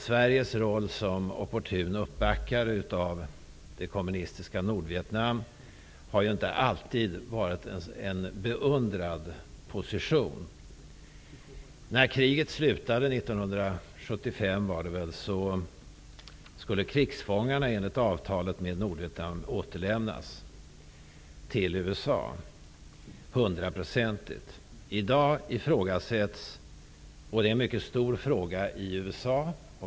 Sveriges roll som opportun uppbackare av det kommunistiska Nordvietnam har inte alltid beundrats. När kriget slutade -- jag tror att det var 1975 -- Nordvietnam återlämnas till USA. I dag ifrågasätts om dessa fångar har kommit tillbaka. Det är en mycket stor fråga i USA.